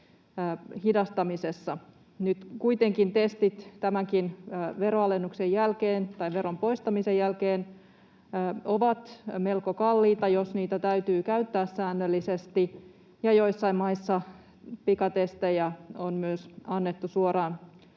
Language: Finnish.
hidastamisessa. Nyt kuitenkin testit tämän veron poistamisenkin jälkeen ovat melko kalliita, jos niitä täytyy käyttää säännöllisesti, ja joissain maissa pikatestejä on myös annettu suoraan